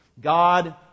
God